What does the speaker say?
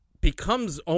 becomes